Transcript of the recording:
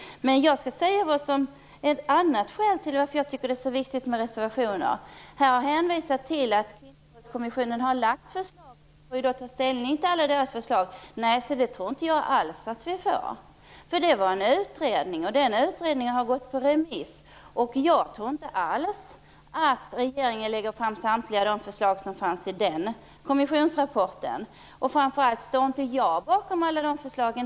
Jag skall framföra ett annat skäl till att jag tycker att det är så viktigt med reservationer. Det har hänvisats till att Kvinnovåldskommissionen har lagt fram förslag som vi får ta ställning till. Men det tror jag inte alls att vi får. Det var en utredning som gick ut på remiss, och jag tror inte alls att regeringen lägger fram samtliga de förslag som fanns i kommissionens rapport. Framför allt står jag inte bakom alla dess förslag.